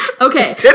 okay